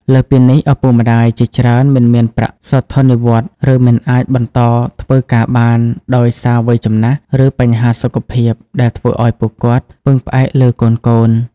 លើសពីនេះ ឪពុកម្ដាយជាច្រើនមិនមានប្រាក់សោធននិវត្តន៍ ឬមិនអាចបន្តធ្វើការបាន ដោយសារវ័យចំណាស់ ឬបញ្ហាសុខភាព ដែលធ្វើឱ្យពួកគាត់ពឹងផ្អែកលើកូនៗ។